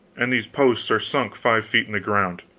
and these posts are sunk five feet in the ground.